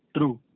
True